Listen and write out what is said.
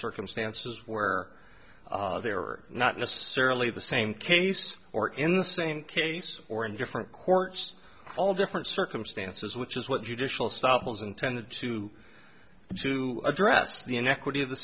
circumstances where there are not necessarily the same case or in the same case or in different courts all different circumstances which is what judicial stop was intended to do to address the inequity of the